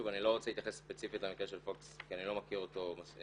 אני לא רוצה להתייחס ספציפית למקרה של פוקס כי אני לא מכיר אותו לעומק,